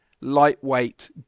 lightweight